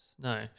no